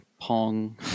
pong